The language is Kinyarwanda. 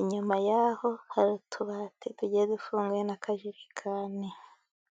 inyuma y'aho hari utubati tugiye dufuganye n'akajerekani.